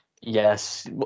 Yes